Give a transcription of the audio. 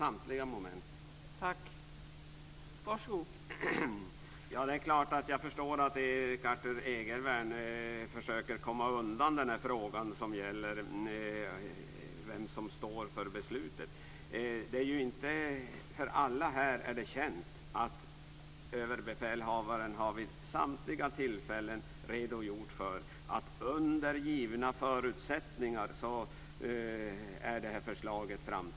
Fru talman! Det är klart att jag förstår att Erik Arthur Egervärn försöker komma undan frågan om vem som står för beslutet. Men för alla här är det känt att överbefälhavaren vid samtliga tillfällen har redogjort för att det här förslaget är framtaget under givna förutsättningar.